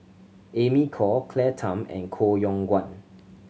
Amy Khor Claire Tham and Koh Yong Guan